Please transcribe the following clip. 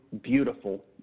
beautiful